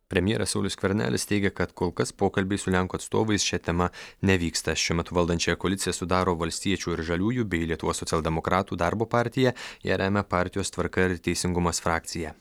premjeras saulius skvernelis teigia kad kol kas pokalbiai su lenkų atstovais šia tema nevyksta šiuo metu valdančiąją koaliciją sudaro valstiečių ir žaliųjų bei lietuvos socialdemokratų darbo partija ją remia partijos tvarka ir teisingumas frakcija